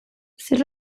zer